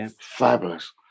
Fabulous